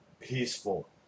peaceful